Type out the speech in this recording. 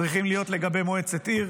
צריכים להיות לגבי מועצת עיר,